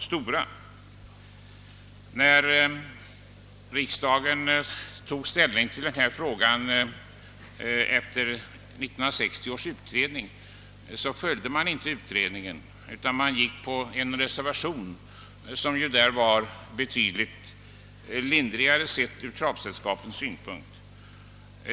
När riksdagen efter 1960 års utredning tog ställning till denna fråga gick den inte på utredningens linje utan biföll ett reservationsyrkande, som var betydligt lindrigare ur travsällskapens synpunkt.